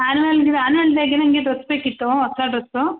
annual ದಿನ annual ಡೇಗೆ ನನಗೆ ಡ್ರಸ್ ಬೇಕಿತ್ತು ಹೊಸ ಡ್ರಸ್ಸು